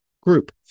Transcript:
group